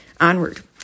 onward